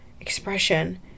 expression